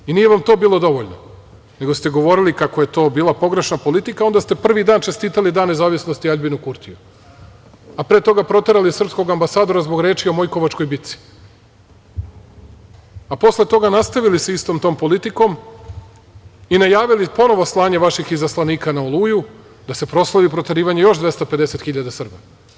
I nije vam to bilo dovoljno, nego ste govorili kako je to bila pogrešna politika, a onda ste prvi dan čestitali dan nezavisnosti Aljbinu Kurtiju, a pre toga proterali srpskog ambasadora zbog reči o Mojkovačkoj bici, a posle toga nastavili sa istom tom politikom i najavili ponovo slanje vaših izaslanika na "Oluju", da se proslavi proterivanje još 250 hiljada Srba.